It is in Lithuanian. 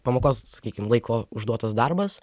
pamokos sakykim laiko užduotas darbas